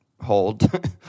hold